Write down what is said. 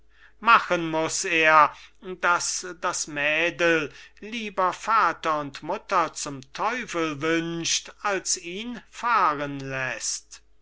machen muß er daß das mädel lieber vater und mutter zum teufel wünscht als ihn fahren läßt